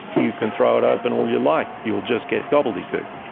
you can throw it open all you like, you'll just get gobbledygook.